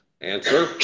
Answer